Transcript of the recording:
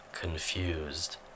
confused